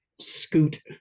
scoot